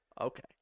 Okay